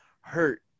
hurt